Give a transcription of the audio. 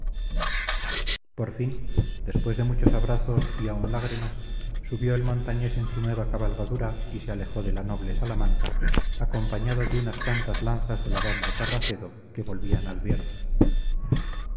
por fin después de muchos abrazos y aun lágrimas subió el montañés en su nueva cabalgadura y se alejó de la noble salamanca acompañado de unas cuantas lanzas del abad de carracedo que volvían